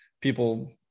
people